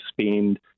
spend